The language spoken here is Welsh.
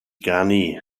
ganu